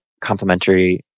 complementary